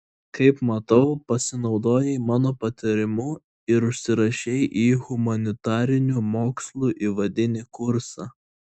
kaip matau pasinaudojai mano patarimu ir užsirašei į humanitarinių mokslų įvadinį kursą